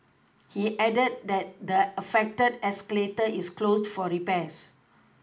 he added that the affected escalator is closed for repairs